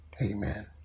Amen